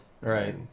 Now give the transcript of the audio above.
Right